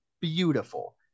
beautiful